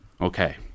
Okay